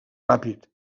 ràpid